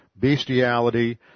bestiality